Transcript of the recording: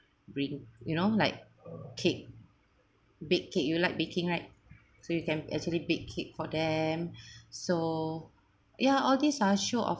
bring you know like cake bake cake you like baking right so you can actually bake cake for them so ya all these are show of